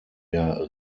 der